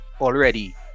already